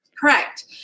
Correct